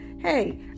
hey